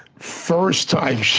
first time she,